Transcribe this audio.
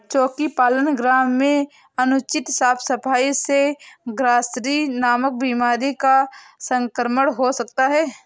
चोकी पालन गृह में अनुचित साफ सफाई से ग्रॉसरी नामक बीमारी का संक्रमण हो सकता है